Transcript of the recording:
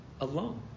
alone